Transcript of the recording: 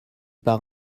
part